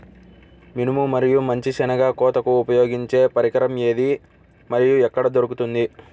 మినుము మరియు మంచి శెనగ కోతకు ఉపయోగించే పరికరం ఏది మరియు ఎక్కడ దొరుకుతుంది?